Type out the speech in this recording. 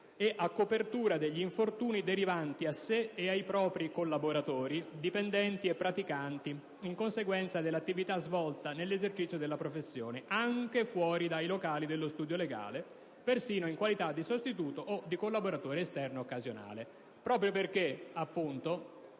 a copertura degli infortuni derivanti a sé e ai propri collaboratori, dipendenti e praticanti in conseguenza dell'attività svolta nell'esercizio della professione, anche fuori dei locali dello studio legale, persino in qualità di sostituto o di collaboratore esterno occasionale». Quindi, si chiedono